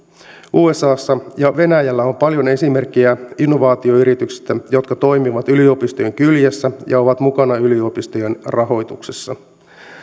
usassa ja venäjällä on paljon esimerkkejä innovaatioyrityksistä jotka toimivat yliopistojen kyljessä ja ovat mukana yliopistojen rahoituksessa